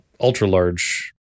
ultra-large